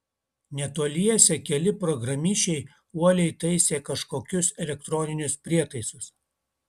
netoliese keli programišiai uoliai taisė kažkokius elektroninius prietaisus